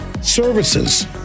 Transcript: services